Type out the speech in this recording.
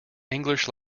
english